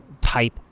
type